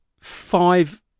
five